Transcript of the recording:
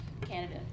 Canada